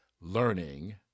learning